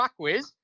TruckWiz